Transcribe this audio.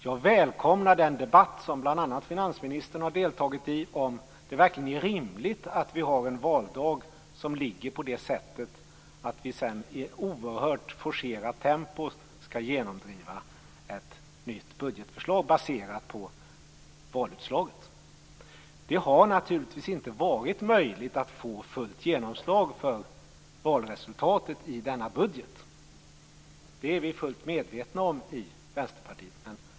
Jag välkomnar den debatt som bl.a. finansministern har deltagit i om huruvida det verkligen är rimligt att ha en valdag som ligger så att vi i oerhört forcerat tempo skall genomdriva ett nytt budgetförslag baserat på valutslaget. Det har naturligtvis inte varit möjligt att få fullt genomslag för valresultatet i denna budget. Det är vi fullt medvetna om i Vänsterpartiet.